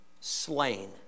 slain